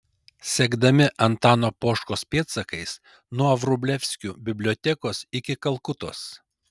sekdami antano poškos pėdsakais nuo vrublevskių bibliotekos iki kalkutos